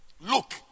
Look